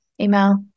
Email